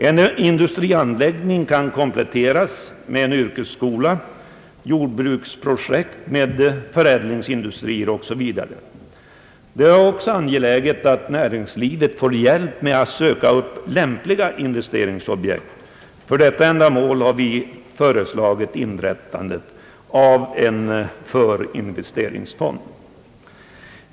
En industrianläggning kan kompletteras med en yrkesskola, jordbruksprojekt med förädlingsindustrier OSV. Det är också angeläget att näringslivet får hjälp med att söka lämpliga investeringsobjekt. För detta ändamål har vi föreslagit inrättandet av en »förinvesteringsfond».